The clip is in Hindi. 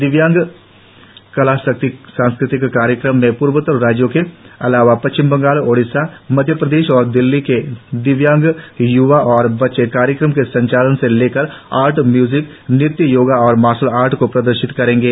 दिव्य कला शक्ति सांस्कृतिक कार्यक्रम में पूर्वोत्तर राज्यों के अलावा पश्चिम बंगाल ओडिशा मध्य प्रदेश और दिल्ली के दिव्यांग य्वा और बच्चे कार्यक्रम के संचालन से लेकर आर्ट म्यूजिक नृत्य योगा और मार्शल आर्ट को प्रदर्शित करेंगे